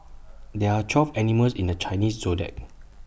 there are twelve animals in the Chinese Zodiac